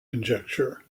conjecture